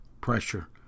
pressure